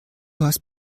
hast